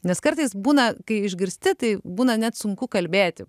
nes kartais būna kai išgirsti tai būna net sunku kalbėti